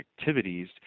activities